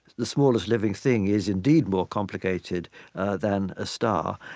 the smallest living thing is indeed more complicated than a star.